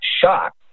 shocked